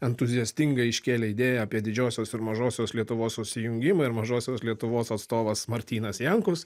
entuziastingai iškėlė idėją apie didžiosios ir mažosios lietuvos susijungimą ir mažosios lietuvos atstovas martynas jankus